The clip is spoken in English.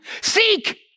Seek